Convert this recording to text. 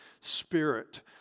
spirit